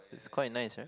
it's quite nice ah